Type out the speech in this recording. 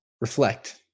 reflect